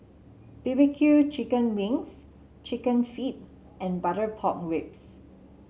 B B Q Chicken Wings chicken feet and Butter Pork Ribs